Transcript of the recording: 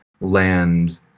land